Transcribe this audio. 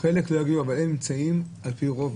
על פי רוב,